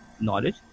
knowledge